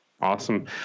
Awesome